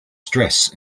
stress